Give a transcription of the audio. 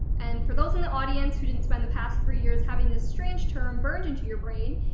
and for those in the audience who didn't spend the past three years having this strange term burned into your brain,